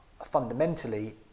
fundamentally